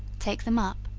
take them up,